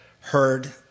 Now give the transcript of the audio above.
heard